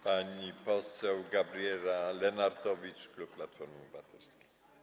Pani poseł Gabriela Lenartowicz, klub Platformy Obywatelskiej.